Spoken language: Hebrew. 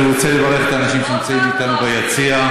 רוצה לברך את האנשים שנמצאים איתנו ביציע,